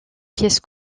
pièce